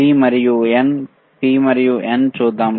P మరియు N P మరియు N చూద్దాం